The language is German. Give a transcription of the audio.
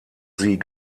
sie